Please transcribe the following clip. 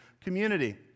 community